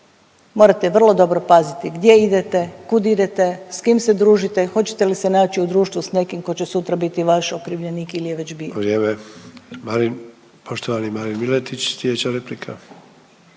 morate vrlo dobro pazite gdje idete, kud idete, s kim se družite, hoćete li se naći u društvu s nekim ko će sutra bit vaš okrivljenik ili je već